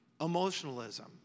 emotionalism